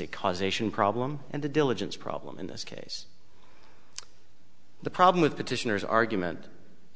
a causation problem and the diligence problem in this case the problem with petitioners argument